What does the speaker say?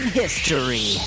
history